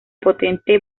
potente